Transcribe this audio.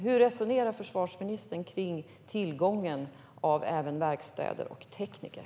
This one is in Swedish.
Hur resonerar försvarsministern kring tillgången på verkstäder och tekniker?